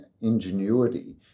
ingenuity